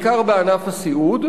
בעיקר בענף הסיעוד.